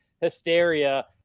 hysteria